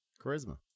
charisma